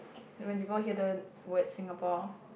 when people hear the word Singapore